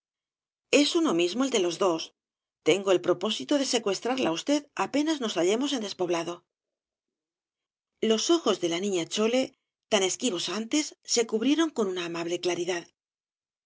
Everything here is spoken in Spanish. es uno mismo el de los dos tengo el propósito de secuestrarla á usted apenas nos hallemos en despoblado los ojos de la niña chole tan esquivos antes se cubrieron con una amable claridad